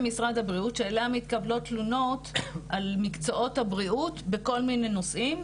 הבריאות שאליה מתקבלות תלונות על מקצועות הבריאות בכל מיני נושאים,